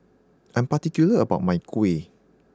I'm particular about my Kuih